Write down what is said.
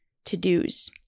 to-dos